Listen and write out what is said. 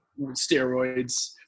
steroids